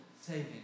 saving